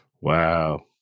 Wow